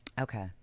Okay